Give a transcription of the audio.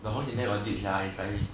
然后你玩一下 is like this